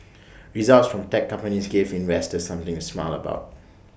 results from tech companies gave investors something to smile about